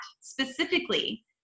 specifically